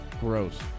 gross